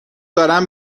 دارم